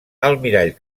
almirall